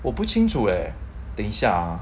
我不清楚 eh 等一下 ah